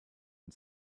and